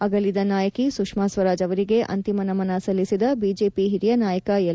ಅಗಲಿದ ನಾಯಕಿ ಸುಷ್ನಾ ಸ್ವರಾಜ್ ಅವರಿಗೆ ಅಂತಿಮ ನಮನ ಸಲ್ಲಿಸಿದ ಬಿಜೆಪಿ ಹಿರಿಯ ನಾಯಕ ಎಲ್